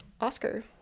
Oscar